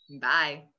Bye